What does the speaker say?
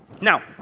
Now